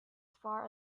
far